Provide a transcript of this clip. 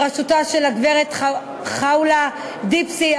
בראשותה של הגברת ח'אולה דיבסי,